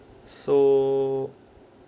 so